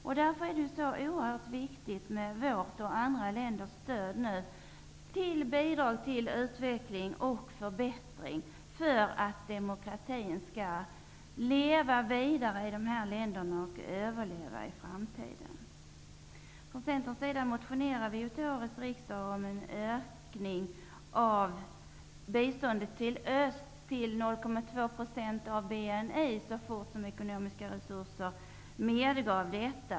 Det är alltså oerhört viktigt att vårt land och andra länder ger sitt stöd genom bidrag till utveckling och förbättringar för att demokratin skall leva vidare i de här länderna och även överleva i framtiden. Vi i Centern har också i en motion till detta riksmöte föreslagit en ökning av biståndet till öst, nämligen till 0,2 % av BNI, så fort som de ekonomiska resurserna medger detta.